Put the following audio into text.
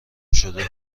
شده